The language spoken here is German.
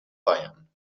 bayern